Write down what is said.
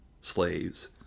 slaves